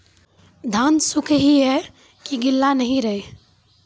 धान सुख ही है की गीला नहीं रहे?